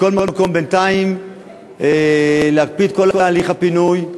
מכל מקום, בינתיים להקפיא את כל הליך הפינוי,